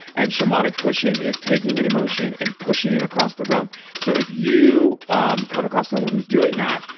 and shamanic pushing is taking an emotion and pushing it across the room. so if you um come across someone who's doing that,